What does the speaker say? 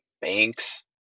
banks